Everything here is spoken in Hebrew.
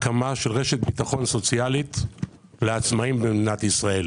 הקמה של רשת ביטחון סוציאלית לעצמאים במדינת ישראל.